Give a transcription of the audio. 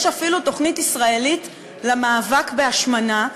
יש אפילו תוכנית ישראלית למאבק בהשמנה,